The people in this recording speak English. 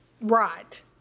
Right